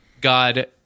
God